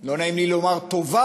לא נעים לי לומר טובה,